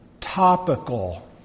topical